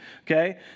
okay